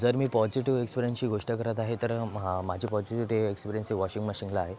जर मी पॉजिटिव एक्स्पिरन्सची गोष्ट करत आहे तर म्हा माझी पॉजिटिविटी ह्या एक्स्पिरन्सची वॉशिंग मशीनला आहे